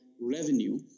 revenue